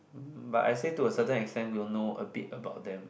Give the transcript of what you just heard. but I say to a certain extent we'll know a bit about them